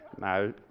no